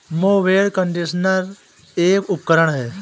mower conditioner एक उपकरण है